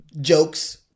jokes